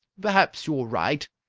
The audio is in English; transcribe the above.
perhaps you're right,